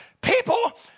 People